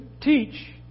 teach